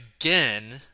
again